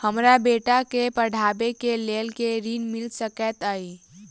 हमरा बेटा केँ पढ़ाबै केँ लेल केँ ऋण मिल सकैत अई?